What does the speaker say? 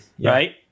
right